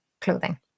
clothing